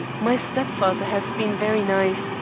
my stepfather has been very nice,